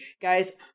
guys